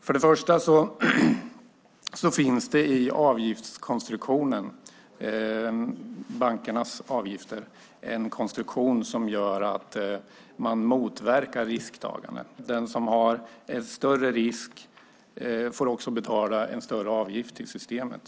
För det första finns det i bankernas avgifter en konstruktion som gör att risktagande motverkas. Den som har en större risk får betala en högre avgift till systemet.